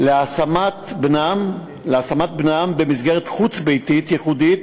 להשמת בנם במסגרת חוץ-ביתית ייחודית,